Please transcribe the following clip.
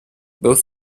both